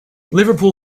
liverpool